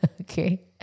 Okay